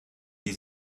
die